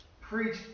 preach